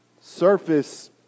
Surface